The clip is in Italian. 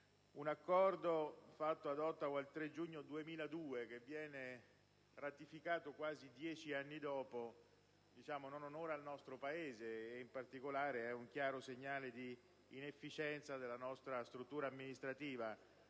un Accordo fatto il 3 giugno del 2002 che viene ratificato quasi dieci anni dopo non onora il nostro Paese e, soprattutto, è un chiaro segnale di inefficienza della nostra struttura amministrativa.